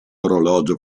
orologio